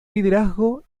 liderazgo